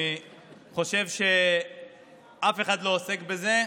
אני חושב שאף אחד לא עוסק בזה.